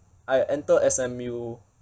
I enter S_M_U